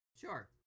sure